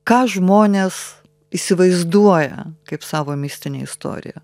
ką žmonės įsivaizduoja kaip savo mistinę istoriją